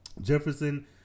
Jefferson